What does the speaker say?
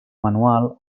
manual